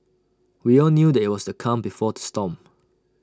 we all knew that IT was the calm before the storm